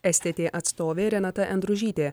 stt atstovė renata endružytė